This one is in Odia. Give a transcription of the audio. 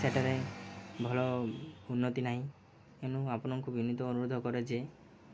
ସେଠାରେ ଭଲ ଉନ୍ନତି ନାହିଁ ଏଣୁ ଆପଣଙ୍କୁ ବିନୀତ ଅନୁରୋଧ କରେ ଯେ